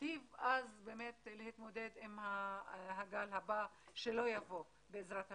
ניטיב להתמודד עם הגל הבא שלא יבוא, בעזרת השם.